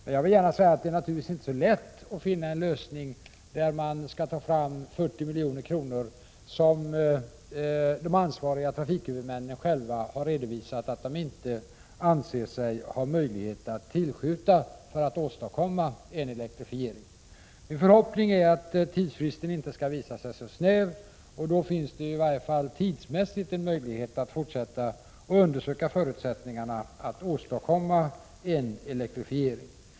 Det är naturligtvis inte lätt att finna en väg att få fram de 40 milj.kr. som de ansvariga trafikhuvudmännen inte anser sig ha möjlighet att tillskjuta för att åstadkomma en elektrifiering. Min förhoppning är att tidsfristen inte blir för snäv. Då skulle det i varje fall tidsmässigt finnas en möjlighet att fortsätta undersöka förutsättningarna att åstadkomma en elektrifiering.